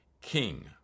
king